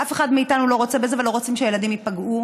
אף אחד מאיתנו לא רוצה בזה ולא רוצים שהילדים ייפגעו,